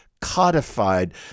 codified